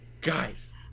guys